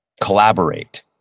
collaborate